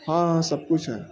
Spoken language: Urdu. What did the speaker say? ہاں ہاں سب کچھ ہے